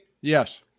Yes